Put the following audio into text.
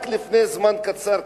רק לפני זמן קצר,